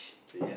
see